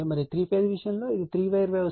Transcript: మరియు 3 phase case విషయంలో ఇది 3 వైర్ వ్యవస్థ